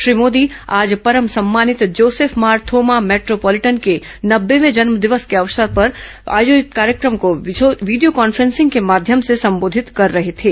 श्री मोदी आज परम सम्मानित जोसेफ मार थोमा मेट्रोपोलिटन के नंबेवे जन्मदिवस के विशेष अवसर पर आयोजित कार्यक्रम को वीडियो कॉन्फ्रेंस के माध्यम से संबोधित कर रहे थे